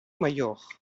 mayor